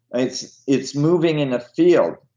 it's it's moving in a field.